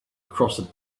crossed